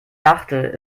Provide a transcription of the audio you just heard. dachte